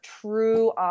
true